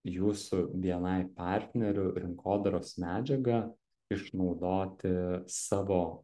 jūsų bni partnerių rinkodaros medžiagą išnaudoti savo